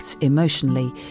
emotionally